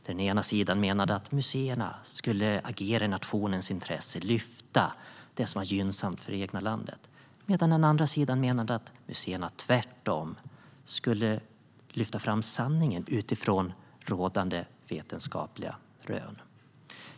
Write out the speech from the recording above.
Den ena sidan menade att museerna skulle agera i nationens intresse och lyfta fram det som var gynnsamt för det egna landet. Den andra sidan menade att museerna tvärtom skulle lyfta fram sanningen utifrån rådande vetenskapliga rön.